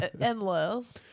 endless